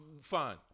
Fine